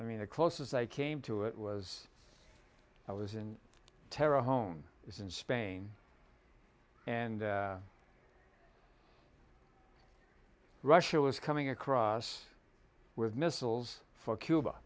i mean the closest i came to it was i was in terra home is in spain and russia was coming across with missiles for cuba